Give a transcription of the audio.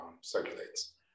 circulates